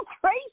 crazy